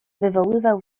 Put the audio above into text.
wywoływał